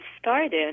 started